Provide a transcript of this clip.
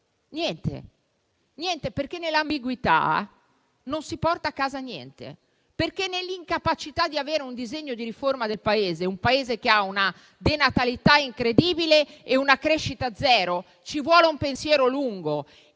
niente, perché nell'ambiguità non si porta a casa niente. Nell'incapacità di avere un disegno di riforma del Paese, un Paese che ha una denatalità incredibile e una crescita zero, ci vuole un pensiero lungo